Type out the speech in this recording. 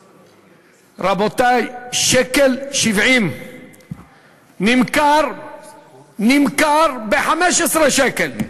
רבותי, 1.70 שקל, נמכר, נמכר, ב-15 שקל.